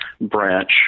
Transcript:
branch